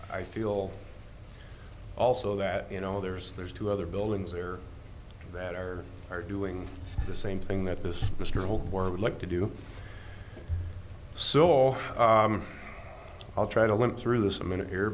i feel also that you know there's there's two other buildings there that are are doing the same thing that this mr whole world would like to do so all i'll try to went through this a minute